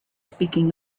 speaking